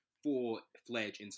full-fledged